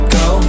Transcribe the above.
go